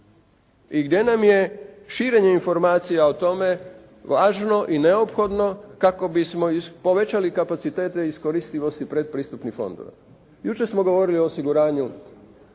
I gdje nam je širenje informacija o tome važno i neophodno kako bismo povećali kapacitete, iskoristivost i pretpristupnih fondova. Jučer smo govorili o osiguranju